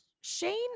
Shane